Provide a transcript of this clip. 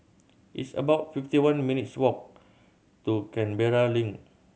it's about fifty one minutes' walk to Canberra Link